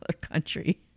country